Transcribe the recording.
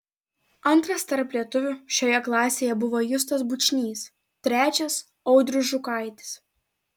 antras tarp lietuvių šioje klasėje buvo justas bučnys trečias audrius žukaitis